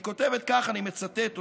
היא כותבת כך, ואני מצטט אותה: